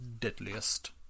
deadliest